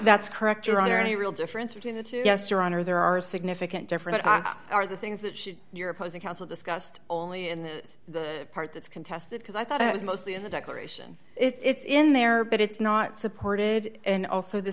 that's correct your honor any real difference between the two yes your honor there are significant differences are the things that should your opposing counsel discussed only in the part that's contested because i thought it was mostly in the declaration it's in there but it's not supported and also the